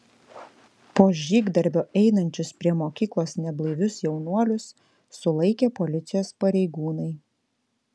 po žygdarbio einančius prie mokyklos neblaivius jaunuolius sulaikė policijos pareigūnai